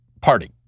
party